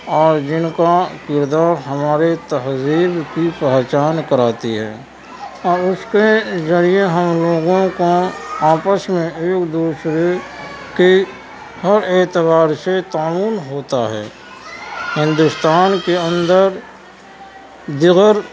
اور جن کا کردار ہمارے تہذیب کی پہچان کراتی ہے اور اس کے ذریعے ہم لوگوں کو آپس میں ایک دوسرے کی ہر اعتبار سے تعاون ہوتا ہے ہندوستان کے اندر دیگر